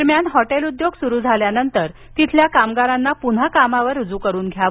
दरम्यान हॅटेल उद्योग सुरू झाल्यानंतर तेथील कामगारांना पुन्हा कामावर रुजू करून घ्यावे